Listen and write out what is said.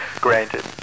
Granted